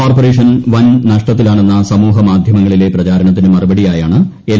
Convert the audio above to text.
corporation വൻ നഷ്ടത്തിലാണെന്ന സമൂഹ മാധ്യമങ്ങളിലെ പ്രചാരണത്തിന് മറുപടിയായാണ് എൽ